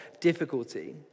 difficulty